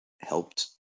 helped